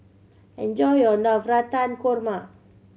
enjoy your Navratan Korma